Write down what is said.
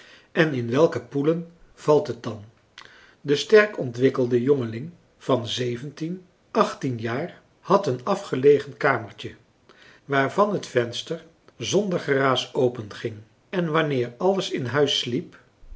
en in welke poelen valt het dan de sterk ontwikkelde jongefrançois haverschmidt familie en kennissen ling van zeventien achttien jaar had een afgelegen kamertje waarvan het venster zonder geraas openging en wanneer alles in huis sliep